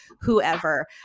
whoever